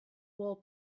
wall